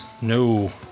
No